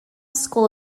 school